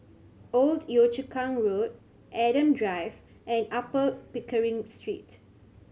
Old Yio Chu Kang Road Adam Drive and Upper Pickering Street